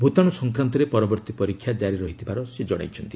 ଭୂତାଣୁ ସଂକ୍ରାନ୍ତରେ ପରବର୍ତ୍ତୀ ପରୀକ୍ଷା କାରି ରହିଥିବାର ସେ ଜଣାଇଛନ୍ତି